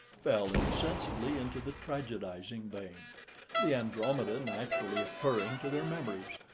fell insensibly into the tragedising vein the andromeda naturally occurring to their memories,